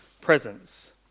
presence